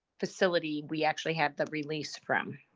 facility we actually have the release from.